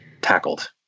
tackled